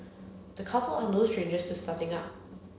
the couple are no strangers to starting up